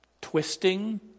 twisting